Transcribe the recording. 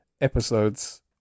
episodes